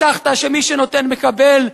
הבטחת שמי שנותן מקבל,